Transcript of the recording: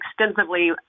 extensively